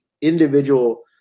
individual